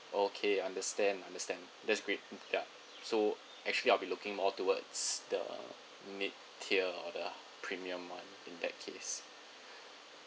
okay understand understand that's great mm ya so actually I'll be looking more towards the mid tier or the premium [one] in that case